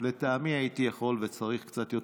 לטעמי הייתי יכול וצריך קצת יותר,